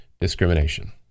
discrimination